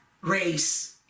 race